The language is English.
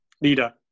Leader